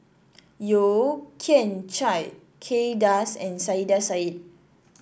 Yeo Kian Chai Kay Das and Saiedah Said